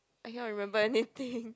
I cannot remember anything